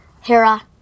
Hera